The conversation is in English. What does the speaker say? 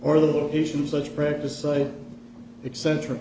or the location of such practice site eccentric